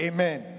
Amen